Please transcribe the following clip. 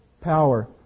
power